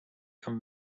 become